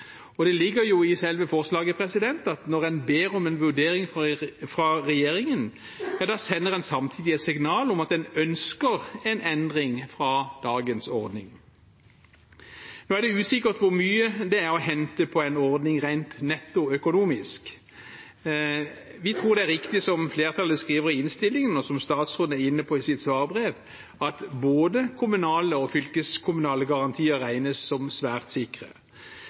Det ligger jo i selve forslaget at når en ber om en vurdering fra regjeringen, sender en samtidig et signal om at en ønsker en endring fra dagens ordning. Nå er det usikkert hvor mye det er å hente på en ordning rent netto økonomisk. Vi tror det er riktig som flertallet skriver i innstillingen, og som statsråden er inne på i sitt svarbrev, at både kommunale og fylkeskommunale garantier regnes som svært sikre,